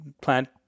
plant